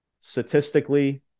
statistically